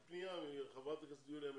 קיבלתי פנייה מחברת הכנסת יוליה מלינובסקי.